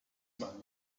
man